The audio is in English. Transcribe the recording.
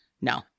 No